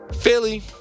Philly